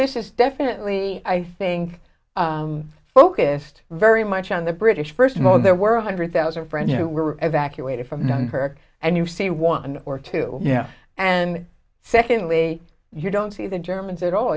this is definitely i think focused very much on the british first of all there were a hundred thousand french who were evacuated from denver and you see one or two yeah and secondly you don't see the germans at all